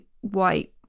white